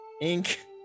Ink